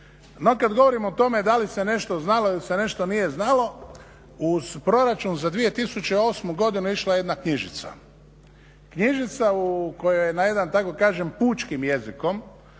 No kad govorimo o tome da li se nešto znalo ili se nešto nije znalo uz proračun za 2008. godinu išla je jedna knjižica, knjižica u kojoj je na jedan da tako kažem pučkim jezikom